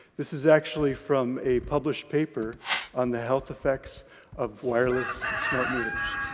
this is actually from a published paper on the health effects of wireless smart meters.